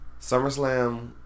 SummerSlam